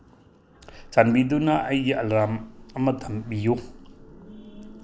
ꯆꯥꯟꯕꯤꯗꯨꯅ ꯑꯩꯒꯤ ꯑꯂꯥꯝ ꯑꯃ ꯊꯝꯕꯤꯌꯨ